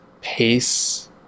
pace